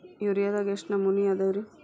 ಯೂರಿಯಾದಾಗ ಎಷ್ಟ ನಮೂನಿ ಅದಾವ್ರೇ?